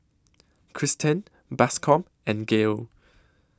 Cristen Bascom and Gael